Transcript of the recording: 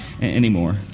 anymore